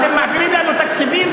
אתם מעבירים לנו תקציבים,